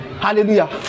Hallelujah